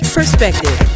Perspective